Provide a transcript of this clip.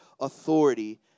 authority